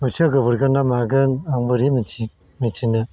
बोथिया गोबोरगोनना मागोन आं बोरै मिथि मिथिनो